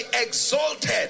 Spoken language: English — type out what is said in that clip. exalted